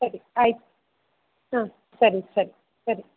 ಸರಿ ಆಯ್ತು ಹಾಂ ಸರಿ ಸರಿ ಸರಿ